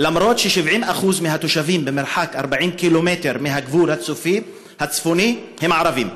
אפילו ש-70% מהתושבים במרחק 40 ק"מ מהגבול הצפוני הם ערבים.